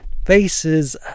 faces